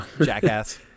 Jackass